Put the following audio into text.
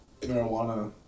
marijuana